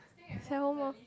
stay at home orh